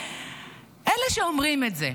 אלה שאומרים את זה,